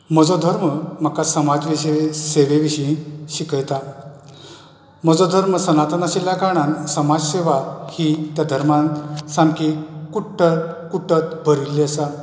म्हजो धर्म म्हाका समाज विशयी सेवे विशयी शिकयता म्हजो धर्म सनातन आशिल्या कारणान समाज सेवा ही त्या धर्मान सामकी कुट्ट कुटत भरिल्ली आसा